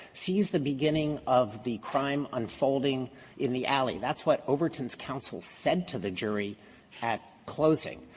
sees the beginning of the crime unfolding in the alley. that's what overton's counsel said to the jury at closing.